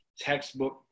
textbook